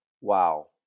Wow